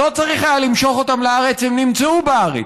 שלא היה צריך למשוך אותן לארץ הן נמצאו בארץ.